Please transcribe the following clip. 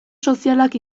sozialak